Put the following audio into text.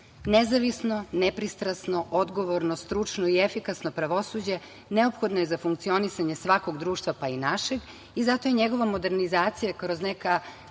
Nezavisno, nepristrasno, odgovorno, stručno i efikasno pravosuđe neophodno je za funkcionisanje svakog društva, pa i našeg, i zato je njegova modernizacija kroz neka